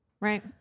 right